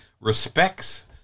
respects